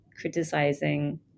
criticizing